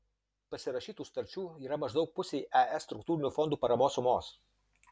pasirašytų sutarčių yra maždaug pusei es struktūrinių fondų paramos sumos